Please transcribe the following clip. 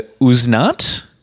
uznat